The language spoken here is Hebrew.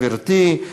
גברתי,